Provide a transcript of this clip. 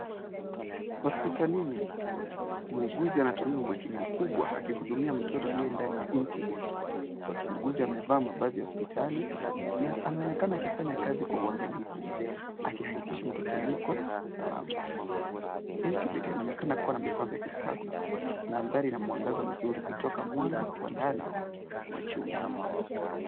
Hospitalini. Muuguzi anatumia umakini mkubwa, akihudumia mtoto aliye ndani ya incubator . Muuguzi amevama mavazi ya hospitali, na anaonekana akifanya kazi kwa uangalifu. Akihakikisha mtoto yuko, salama. Incubator inaonekana kuwa na vifaa vya kisasa. Mandhari na mwangaza mzuri kutoka mwanga, wa ndani, wa chumba.